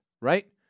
right